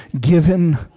given